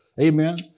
Amen